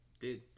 dude